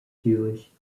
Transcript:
jewish